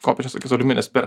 kopėčias tokias aliumines per